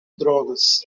drogas